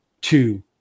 two